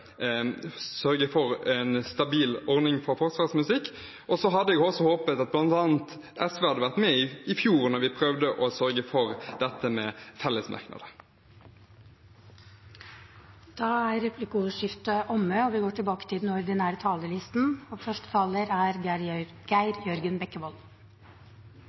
sørge for en stabil ordning for Forsvarets musikk, og jeg hadde jo også håpet at bl.a. SV hadde vært med i fjor da vi prøvde å sørge for dette med fellesmerknader. Replikkordskiftet er omme. Jeg skal gjøre noe så uhørt som å opptre som en opposisjonspolitiker som ikke er bare misfornøyd. Jeg mener at da